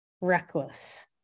reckless